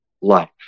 life